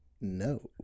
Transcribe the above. No